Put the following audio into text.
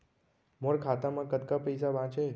मोर खाता मा कतका पइसा बांचे हे?